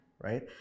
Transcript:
right